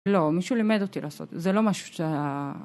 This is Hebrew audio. לא, מישהו לימד אותי לעשות, זה לא משהו ש...